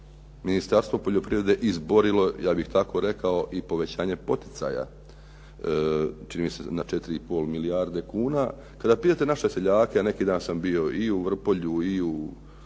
Ministarstvo poljoprivrede izborilo ja bih tako rekao i povećanje poticaja, čini mi se na 4,5 milijarde kuna. Kada pitate naše seljake, a neki dan sam bio i u Vrpolju i u Kapeli